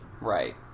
Right